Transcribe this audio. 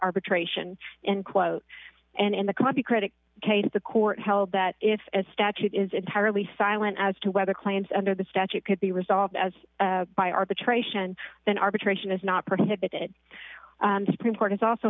arbitration and quote and in the copy critic case the court held that if a statute is entirely silent as to whether claims under the statute could be resolved as by arbitration then arbitration is not prohibited supreme court is also